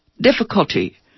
difficulty